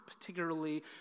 particularly